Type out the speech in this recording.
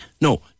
No